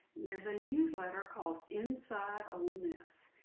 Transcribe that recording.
there's a newsletter called inside ole miss.